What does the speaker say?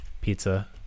pizza